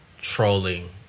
trolling